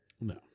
No